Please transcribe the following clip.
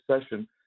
session